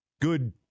good